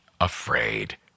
afraid